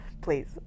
Please